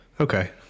Okay